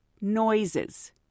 noises